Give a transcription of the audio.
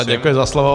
Děkuji za slovo.